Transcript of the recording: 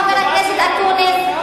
חבר הכנסת אקוניס,